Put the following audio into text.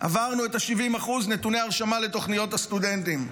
עברנו את ה-70% נתוני ההרשמה לתוכניות הסטודנטים,